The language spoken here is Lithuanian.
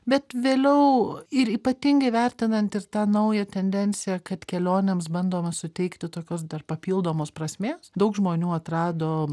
bet vėliau ir ypatingai vertinant ir tą naują tendenciją kad kelionėms bandoma suteikti tokios dar papildomos prasmės daug žmonių atrado